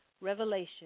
revelation